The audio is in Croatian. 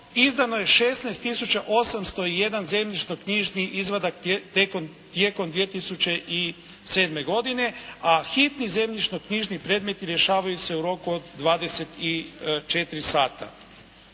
izdano je 16 tisuća 801 zemljišno-knjižni izvadak tijekom 2007. godine. A hitni zemljišno-knjižni predmeti rješavaju se u roku od 24 sata.